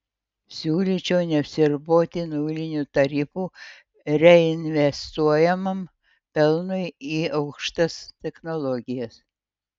siūlyčiau neapsiriboti nuliniu tarifu reinvestuojamam pelnui į aukštas technologijas